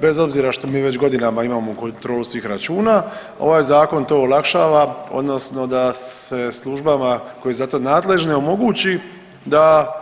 Bez obzira što mi već godinama imamo kontrolu svih računa ovaj zakon to olakšava odnosno da se službama koje su za to nadležne omogući da